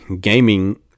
gaming